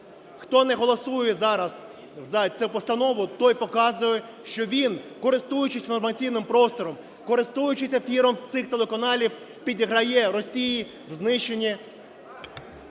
Хто не голосує зараз за цю постанову, той показує, що він, користуючись інформаційним простором, користуючись ефіром цих телеканалів, підіграє Росії в знищенні…